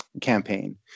campaign